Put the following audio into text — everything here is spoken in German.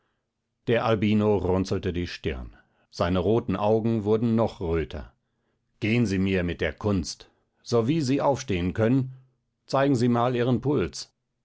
der albino runzelte die stirn seine roten augen wurden noch röter gehen sie mir mit der kunst sowie sie aufstehen können zeigen sie mal ihren puls